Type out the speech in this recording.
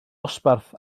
dosbarth